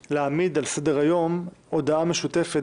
14:00 להעמיד על סדר-היום הודעה משותפת